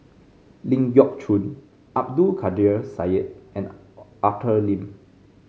Ling Geok Choon Abdul Kadir Syed and Arthur Lim